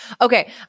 Okay